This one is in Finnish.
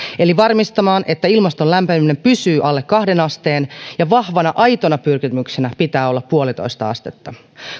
eli varmistamaan että ilmaston lämpeneminen pysyy alle kahteen asteen ja vahvana aitona pyrkimyksenä pitää olla yksi pilkku viisi astetta